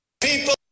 people